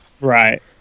Right